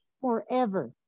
forever